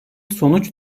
sonuç